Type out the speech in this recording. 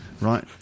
right